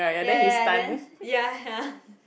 ya ya then ya ya